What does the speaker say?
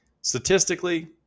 Statistically